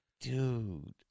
Dude